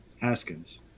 haskins